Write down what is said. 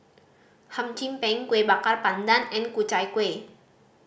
Hum Chim Peng Kueh Bakar Pandan and Ku Chai Kueh